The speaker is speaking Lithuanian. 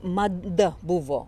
mada buvo